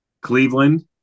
Cleveland